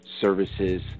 services